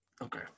okay